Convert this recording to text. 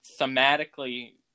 thematically